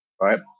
right